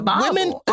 Women